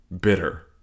bitter